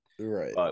Right